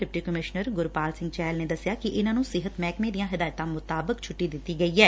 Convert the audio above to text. deputy commissioner Gurpal Singh Chahal ਨੇ ਦੱਸਿਆ ਕਿ ਇਨ੍ਫਾਂ ਨੂੰ ਸਿਹਤ ਮਹਿਕਮੇ ਦੀਆਂ ਹਿਦਾਇਤਾਂ ਮੁਤਾਬਿਕ ਛੁੱਟੀ ਦਿੱਤੀ ਗਈ ਏ